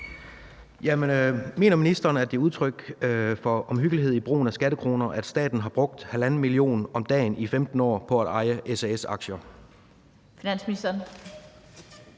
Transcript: Mener ministeren, at det er udtryk for omhyggelighed i brugen af skattekroner, at staten har brugt 1,5 mio. kr. om dagen i 15 år på at eje SAS-aktier?